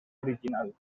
original